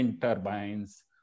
turbines